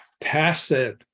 tacit